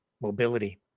mobility